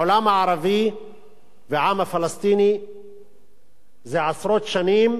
העולם הערבי והעם הפלסטיני זה עשרות שנים